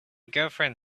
girlfriend